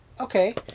Okay